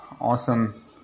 awesome